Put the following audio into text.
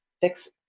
fix